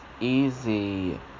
easy